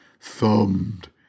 thumbed